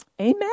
Amen